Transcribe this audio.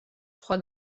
სხვა